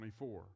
24